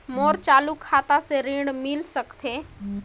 मोर चालू खाता से ऋण मिल सकथे?